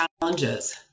challenges